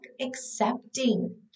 accepting